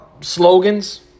slogans